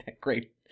Great